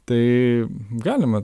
tai galima